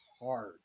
hard